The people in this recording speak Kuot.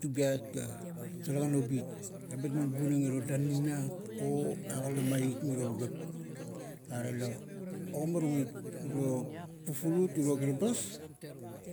Tubiat ga talagan obit, ebat man bunang iro danunumiap o aga la mait miroo pagap. Are la, ogimarung it uro fufulut, uro kiribas,